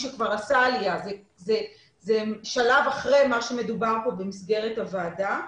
שכבר עשה עלייה וזה שלב אחרי מה שמדובר כאן במסגרת הוועדה.